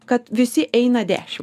kad visi eina dešimt